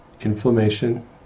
inflammation